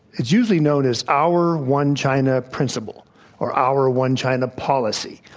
it's usually known as our one china principle or our one china policy.